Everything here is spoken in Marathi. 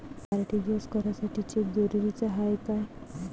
आर.टी.जी.एस करासाठी चेक जरुरीचा हाय काय?